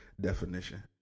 definition